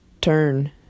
turn